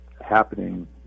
happening